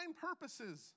purposes